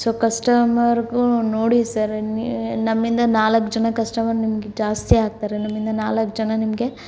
so ಕಸ್ಟ್ಮರ್ಗೂ ನೋಡಿ sir ನೀ ನಮ್ಮಿಂದ ನಾಲ್ಕು ಜನ ಕಸ್ಟಮರ್ ನಿಮಗೆ ಜಾಸ್ತಿ ಆಗ್ತಾರೆ ನಮ್ಮಿಂದ ನಾಲ್ಕು ಜನ ನಿಮಗೆ